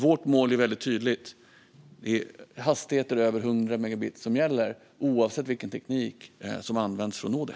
Vårt mål är väldigt tydligt: Det är hastigheter över 100 megabit som gäller, oavsett vilken teknik som används för att nå det.